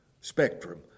spectrum